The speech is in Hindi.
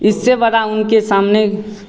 इससे बड़ा उनके सामने